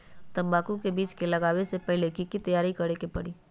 तंबाकू के बीज के लगाबे से पहिले के की तैयारी करे के परी?